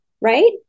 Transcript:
right